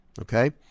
Okay